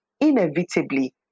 inevitably